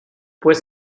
pues